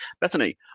Bethany